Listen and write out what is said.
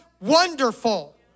wonderful